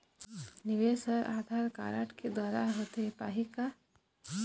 निवेश हर आधार कारड के द्वारा होथे पाही का?